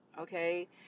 Okay